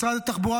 משרד התחבורה,